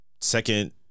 Second